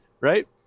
Right